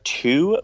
two